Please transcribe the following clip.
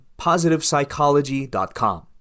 positivepsychology.com